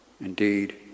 Indeed